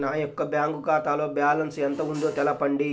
నా యొక్క బ్యాంక్ ఖాతాలో బ్యాలెన్స్ ఎంత ఉందో తెలపండి?